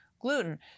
gluten